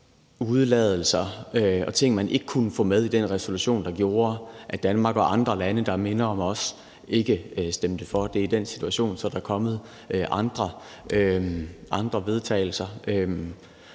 og ting, man ikke kunne få med i den resolution, hvilket gjorde, at Danmark og andre lande, der minder om os, ikke stemte for det i den situation. Så er der kommet andre vedtagelser,